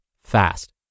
fast